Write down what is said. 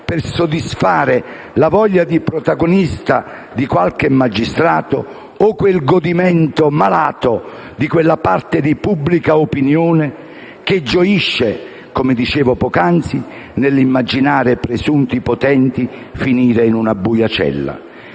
per soddisfare la voglia di protagonismo di qualche magistrato o quel godimento malato di quella parte di pubblica opinione che gioisce, come dicevo poc'anzi, nell'immaginare presunti potenti finire in una buia cella.